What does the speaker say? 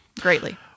greatly